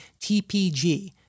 TPG